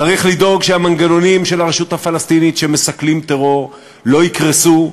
צריך לדאוג שהמנגנונים של הרשות הפלסטינית שמסכלים טרור לא יקרסו: